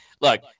look